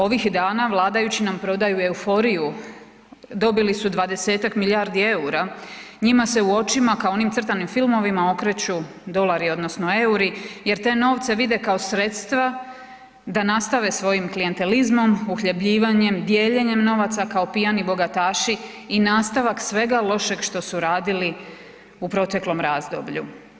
Ovih dana vladajući nam prodaju euforiju, dobili su dvadesetak milijardi eura, njima se u očima kao u onim crtanim filmovima okreću dolari odnosno euri jer te novce vide kao sredstva da nastave svojim klijentelizmom, uhljebljivanjem, dijeljenjem novaca kao pijani bogataši i nastavak svega lošeg što su radili u proteklom razdoblju.